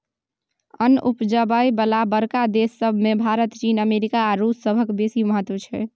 अन्न उपजाबय बला बड़का देस सब मे भारत, चीन, अमेरिका आ रूस सभक बेसी महत्व छै